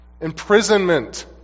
imprisonment